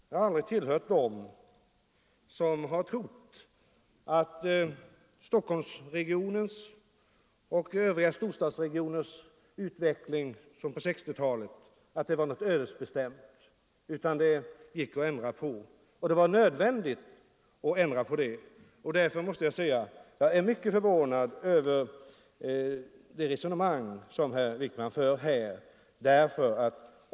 Jag har aldrig tillhört dem som trott att Stockholmsregionens och övriga storstadsregioners utveckling på 1960-talet var någonting ödesbestämt, utan jag trodde att denna utveckling gick att bryta och att det var nödvändigt att göra det. Jag är därför mycket förvånad över det resonemang som herr Wijkman här för.